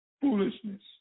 foolishness